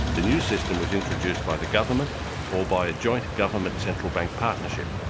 the new system was introduced by the government or by a joint government central bank partnership.